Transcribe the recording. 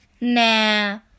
Nah